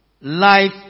Life